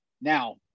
Now